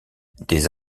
des